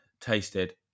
tasted